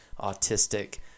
autistic